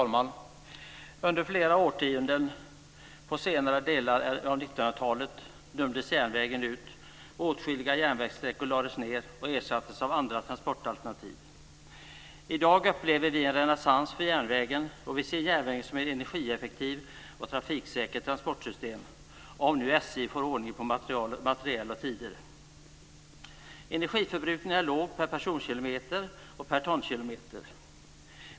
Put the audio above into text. Fru talman! Under flera årtionden på senare delen av 1900-talet dömdes järnvägen ut. Åtskilliga järnvägssträckor lades ned och ersattes av andra transportalternativ. I dag upplever vi en renässans för järnvägen. Vi ser järnvägen som ett energieffektivt och trafiksäkert transportsystem, om nu SJ får ordning på materiel och tider. Energiförbrukningen är låg per personkilometer och per tonkilometer.